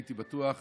הייתי בטוח